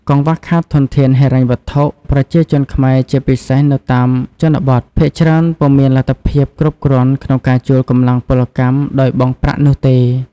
កង្វះខាតធនធានហិរញ្ញវត្ថុ ប្រជាជនខ្មែរជាពិសេសនៅតាមជនបទ ភាគច្រើនពុំមានលទ្ធភាពគ្រប់គ្រាន់ក្នុងការជួលកម្លាំងពលកម្មដោយបង់ប្រាក់នោះទេ។